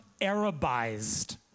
Arabized